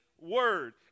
word